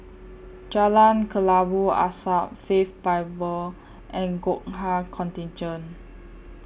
Jalan Kelabu Asap Faith Bible and Gurkha Contingent